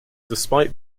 despite